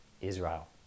Israel